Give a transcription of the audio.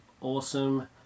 awesome